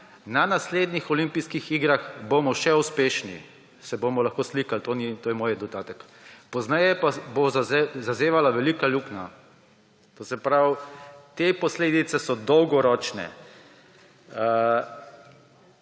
Na naslednjih olimpijskih igrah bomo še uspešni«, se bomo lahko slikali, to je moj dodatek, »pozneje pa bo zazevala velika luknja«. To se pravi, te posledice so dolgoročne.